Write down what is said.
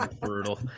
Brutal